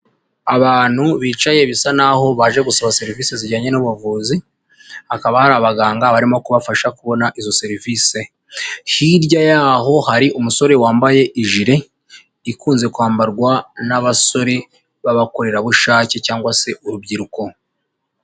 Abantu bicaye bisa naho baje gusaba serivisi zijyanye n'ubuvuzi, hakaba hari abaganga barimo kubafasha kubona izo serivise, hirya y'aho hari umusore wambaye ijile ikunze kwambarwa n'abasore b'abakorerabushake cyangwa se urubyiruko.